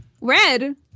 Red